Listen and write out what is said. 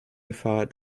gefahr